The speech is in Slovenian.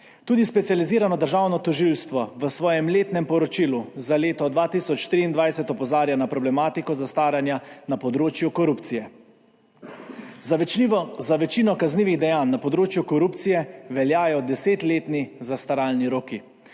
Tudi Specializirano državno tožilstvo v svojem letnem poročilu za leto 2023 opozarja na problematiko zastaranja na področju korupcije. Za večino kaznivih dejanj na področju korupcije veljajo desetletni zastaralni roki.